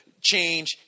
change